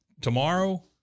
tomorrow